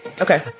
okay